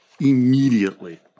immediately